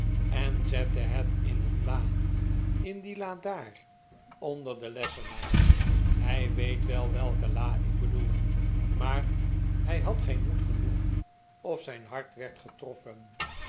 en zette het in een la in die la daar onder den lessenaar hij weet wel welke la ik bedoel maar hij had geen moed genoeg of zijn hart werd getroffen